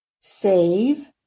save